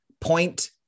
Point